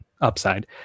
upside